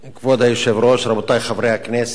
כבוד היושב-ראש, רבותי חברי הכנסת,